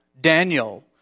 Daniel